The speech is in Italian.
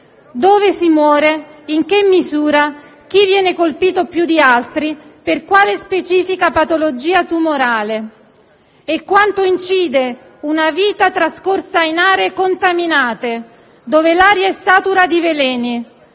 Dove si muore? In che misura? Chi viene colpito più di altri e per quale specifica patologia tumorale? Quanto incide una vita trascorsa in aree contaminate, dove l'aria è satura di veleni,